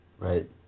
Right